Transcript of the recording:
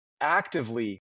actively